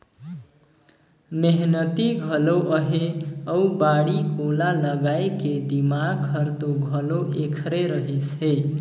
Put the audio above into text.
मेहनती घलो अहे अउ बाड़ी कोला लगाए के दिमाक हर तो घलो ऐखरे रहिस हे